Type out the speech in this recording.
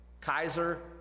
Kaiser